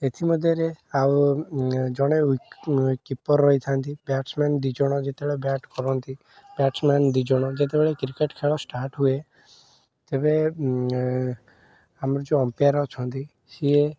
ଏଥି ମଧ୍ୟରେ ଆଉ ଜଣେ ୱଇକ୍ କିପର୍ ରହିଥାନ୍ତି ବ୍ୟାଟ୍ସମ୍ୟାନ୍ ଦୁଇଜଣ ଯେତେବେଳେ ବ୍ୟାଟ୍ କରନ୍ତି ବ୍ୟାଟ୍ସମ୍ୟାନ୍ ଦୁଇଜଣ ଯେତେବେଳେ କ୍ରିକେଟ୍ ଖେଳ ଷ୍ଟାର୍ଟ୍ ହୁଏ ତେବେ ଆମର ଯେଉଁ ଅମ୍ପେଆର୍ ଅଛନ୍ତି ସିଏ